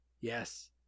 Yes